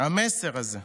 המסר הזה.